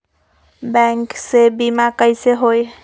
Bank से बिमा कईसे होई?